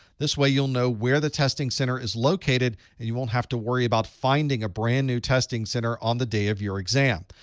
this way you'll know where the testing center is located, and you won't have to worry about finding a brand new testing center on the day of your exam.